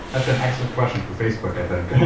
that's an excellent question for facebook, i think.